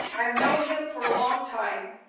i have known him for a long time.